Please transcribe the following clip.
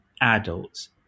adults